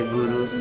Guru